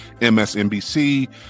MSNBC